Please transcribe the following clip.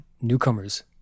newcomers